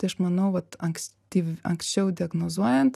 tai aš manau vat ankstyv anksčiau diagnozuojant